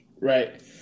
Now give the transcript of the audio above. right